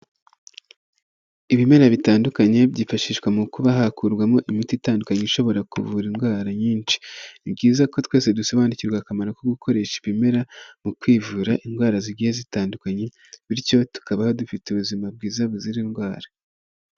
Ibimera bitandukanye byifashishwa mu kuba hakurwamo imiti itandukanye ishobora kuvura indwara nyinshi, ni byiza ko twese dusobanukirwa akamaro ko gukoresha ibimera mu kwivura indwara zigiye zitandukanye bityo tukabaho dufite ubuzima bwiza buzira indwara.